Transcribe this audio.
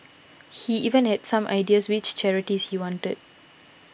he even had some ideas which charities he wanted